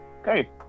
okay